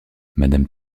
madame